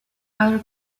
other